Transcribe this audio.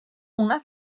una